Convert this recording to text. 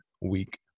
week